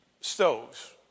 stoves